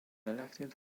elected